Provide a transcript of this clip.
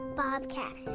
bobcat